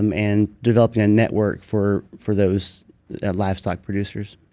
um and developing a network for for those livestock producers